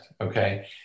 Okay